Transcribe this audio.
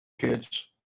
kids